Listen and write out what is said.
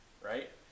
right